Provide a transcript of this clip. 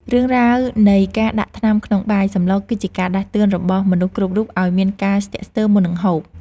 រឿងរ៉ាវនៃការដាក់ថ្នាំក្នុងបាយ សម្ល គឺជាការដាស់តឿនដល់មនុស្សគ្រប់រូបឱ្យមានការស្ទាក់ស្ទើរមុននឹងហូប។